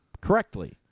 correctly